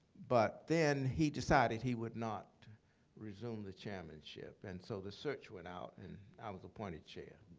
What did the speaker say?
but then he decided he would not resume the chairmanship. and so the search went out and i was appointed chair,